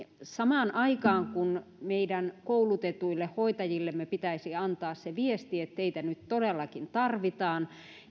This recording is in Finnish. samaan aikaan kun meidän koulutetuille hoitajillemme pitäisi antaa se viesti että teitä nyt todellakin tarvitaan